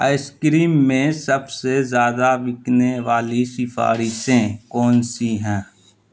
ice cream میں سب سے زیادہ بکنے والی سفارشیں کون سی ہیں